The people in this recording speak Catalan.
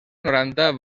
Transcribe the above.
noranta